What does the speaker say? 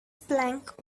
plank